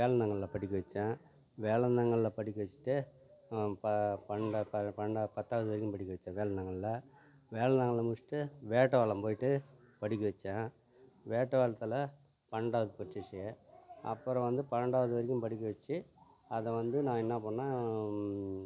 வேலந்தாங்கல்ல படிக்க வச்சேன் வேலந்தாங்கலில் படிக்க வெச்சுட்டு ப பன்னெண்டாவது ப பன்னெண்டாவது பத்தாவது வரைக்கும் படிக்க வச்சேன் வேலந்தாங்கலில் வேலந்தாங்கலில் முடிச்சுட்டு வேட்டவாலம் போயிட்டு படிக்க வச்சேன் வேட்டவாலத்தில் பன்னெண்டாவது படிச்சுடுச்சி அப்புறம் வந்து பன்னெண்டாவது வரைக்கும் படிக்க வெச்சு அதை வந்து நான் என்ன பண்ணிணேன்